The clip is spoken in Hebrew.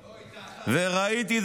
וראיתי,